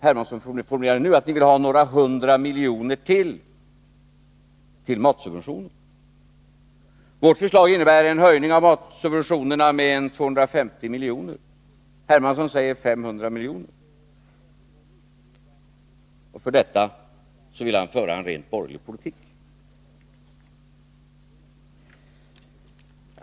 Hermansson nu formulerar det, att ni vill ha ytterligare några hundra miljoner till matsubventioner. Vårt förslag innebär en höjning av matsubventionerna med ca 250 milj.kr. Herr Hermansson kräver en höjning med 500 miljoner, och skillnaden mellan förslagen föranleder honom att vilja föra en rent borgerlig politik.